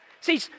See